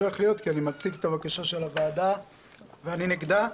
כי אני מציג את הבקשה של הוועדה ואני נגדה,